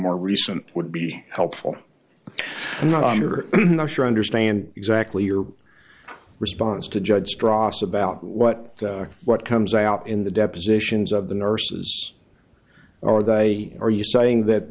more recent would be helpful if you're not sure i understand exactly your response to judge dross about what what comes out in the depositions of the nurses are they are you saying that